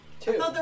two